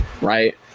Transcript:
Right